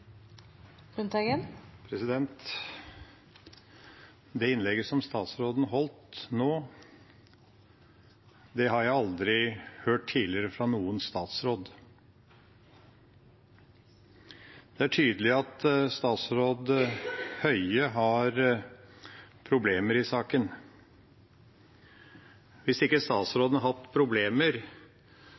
som det statsråden holdt nå, har jeg aldri hørt tidligere fra noen statsråd. Det er tydelig at statsråd Høie har problemer i saken. Hvis ikke statsråden hadde hatt problemer,